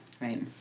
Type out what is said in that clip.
Right